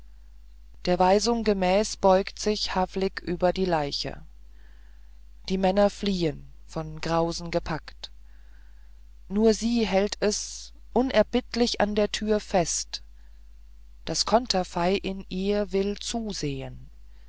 der weisung gemäß beugt sich havlik über die leiche die männer fliehen von grausen gepackt nur sie hält es unerbittlich an der tür fest das konterfei in ihr will zusehen